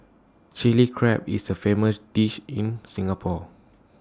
Chilli Crab is A famous dish in Singapore